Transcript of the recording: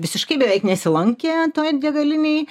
visiškai beveik nesilankė toj degalinėj